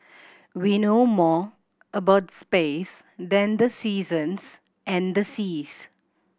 we know more about space than the seasons and the seas